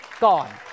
gone